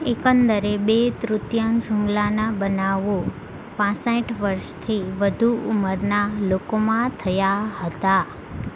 એકંદરે બે તૃતીયાંશ હુમલાના બનાવો પાંસઠ વર્ષથી વધુ ઉંમરના લોકોમાં થયા હતા